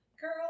girl